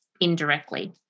indirectly